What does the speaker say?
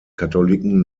katholiken